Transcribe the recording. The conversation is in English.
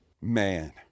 Man